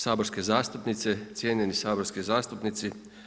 saborske zastupnice, cijenjeni saborski zastupnici.